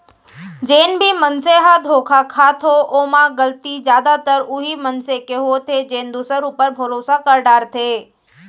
जेन भी मनसे ह धोखा खाथो ओमा गलती जादातर उहीं मनसे के होथे जेन दूसर ऊपर भरोसा कर डरथे